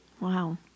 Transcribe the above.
Wow